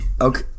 Okay